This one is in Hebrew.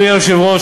אדוני היושב-ראש,